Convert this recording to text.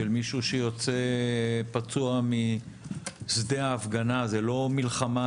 של מישהו שיוצא פצוע משדה ההפגנה זה לא מלחמה,